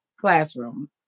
classroom